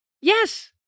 Yes